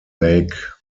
lake